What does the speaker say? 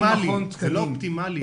זה לא אופטימלי,